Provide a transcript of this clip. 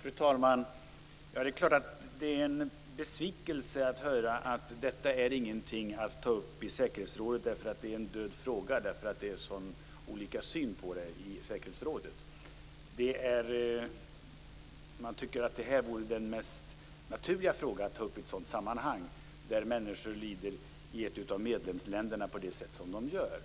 Fru talman! Det är klart att det är en besvikelse att höra att detta inte är någonting att ta upp i säkerhetsrådet därför att det är en död fråga, eftersom det är så olika syn på den i säkerhetsrådet. Man tycker att det här vore den mest naturliga fråga att ta upp i ett sådant sammanhang, då människor i ett av medlemsländerna lider på det sätt som de gör.